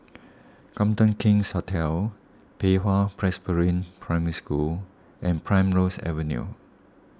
Copthorne King's Hotel Pei Hwa Presbyterian Primary School and Primrose Avenue